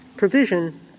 provision